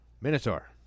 Minotaur